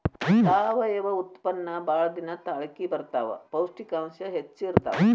ಸಾವಯುವ ಉತ್ಪನ್ನಾ ಬಾಳ ದಿನಾ ತಾಳಕಿ ಬರತಾವ, ಪೌಷ್ಟಿಕಾಂಶ ಹೆಚ್ಚ ಇರತಾವ